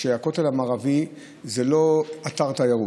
שהכותל המערבי זה לא אתר תיירות.